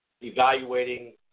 evaluating